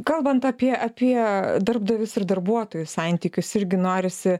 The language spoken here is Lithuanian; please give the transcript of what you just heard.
kalbant apie apie darbdavius ir darbuotojų santykius irgi norisi